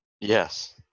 Yes